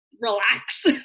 relax